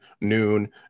noon